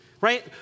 right